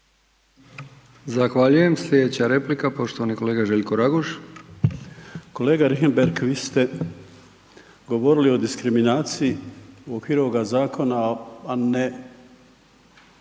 Zahvaljujem. Sljedeća replika poštovani kolega Željko Raguž. **Raguž, Željko (HDZ)** Kolega Richembergh vi ste govorili o diskriminaciji u okviru ovoga zakona, a ne